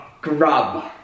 Grub